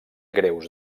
greus